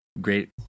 great